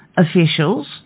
officials